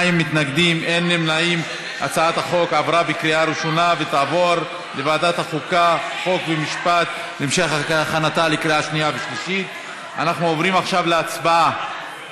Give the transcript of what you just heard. הצעת חוק הצעת חוק הסיוע המשפטי (סיוע משפטי לאדם בהליך אזרחי